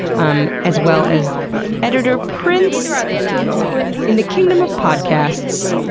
um as well as editor prince in the kingdom of podcasts,